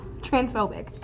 transphobic